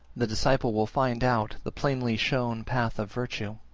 the disciple will find out the plainly shown path of virtue,